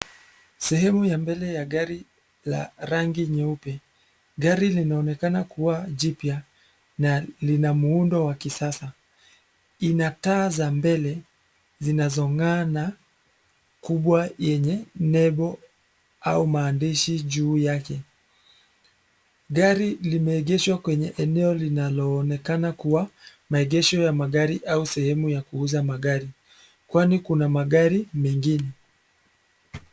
Sehemu ya mbele ya gari, la rangi nyeupe, gari linaonekana kuwa jipya, na lina muundo wa kisasa, ina taa za mbele, zinazong'aa na, kubwa yenye nembo, au maandishi juu yake, gari limeegeshwa kwenye eneo linaloonekana kuwa, maegesho ya magari au sehemu ya kuuza magari, kwani kuna magari mengine.